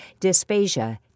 dysphagia